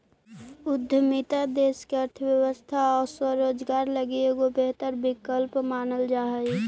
उद्यमिता देश के अर्थव्यवस्था आउ स्वरोजगार लगी एगो बेहतर विकल्प मानल जा हई